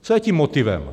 Co je tím motivem?